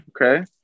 okay